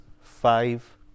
five